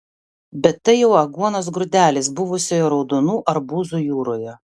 bet tai jau aguonos grūdelis buvusioje raudonų arbūzų jūroje